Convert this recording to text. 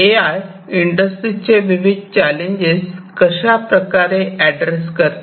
ए I इंडस्ट्रीचे विविध challenging issue कशाप्रकारे ऍड्रेस करते